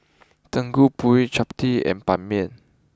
Gudeg Putih Chap Tee and Ban Mian